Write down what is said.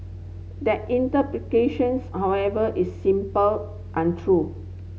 that interpretations however is simple untrue